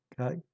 okay